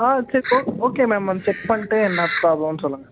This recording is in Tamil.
ஆ சரி ஓகே ஓகே மேம் வந்து செக் பண்ணிட்டு என்ன ப்ராப்ளன்னு சொல்லுங்க